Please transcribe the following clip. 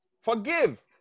forgive